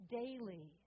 daily